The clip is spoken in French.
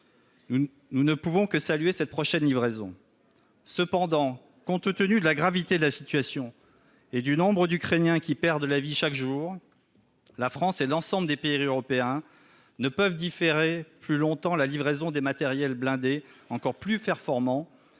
nous ne pouvons que le saluer. Cependant, compte tenu de la gravité de la situation et du nombre d'Ukrainiens qui perdent la vie chaque jour, la France et l'ensemble des pays européens ne peuvent pas différer plus longtemps la livraison des matériels blindés encore plus performants